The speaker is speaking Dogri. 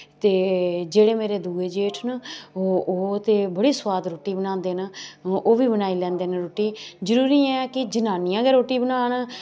ते जेह्ड़े मेरे दूए जेठ न ओह् ओह्ते बड़ी सोआद रुट्टी बनांदे न ओह् बी बनाई लैंदे न रूट्टी जरूरी निं ऐ कि जनानियां गै रूट्टी बनान